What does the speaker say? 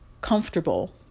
comfortable